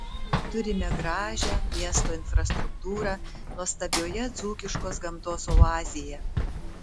turime gražią miesto infrastruktūrą nuostabioje dzūkiškos gamtos oazėje